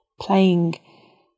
playing